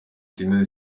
cyenda